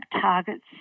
targets